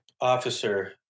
officer